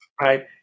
Right